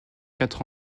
quatre